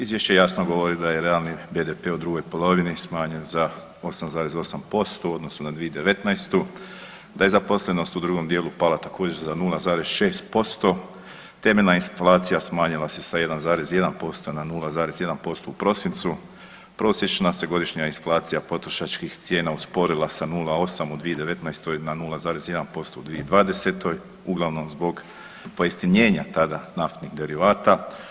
Izvješće jasno govori da je realni BDP u drugoj polovini smanjen za 8,8% u odnosu na 2019., da je zaposlenost u drugom dijelu pala također za 0,6%, temeljna inflacija smanjila se sa 1,1% na 0,1% u prosincu, prosječna se godišnja inflacija potrošačkih cijena usporila sa 0,8 u 2019. na 0,1% u 2020., uglavnom zbog pojeftinjenja tada naftnih derivata.